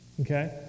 okay